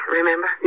remember